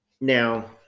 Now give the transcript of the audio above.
Now